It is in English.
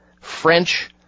French